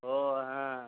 ও হ্যাঁ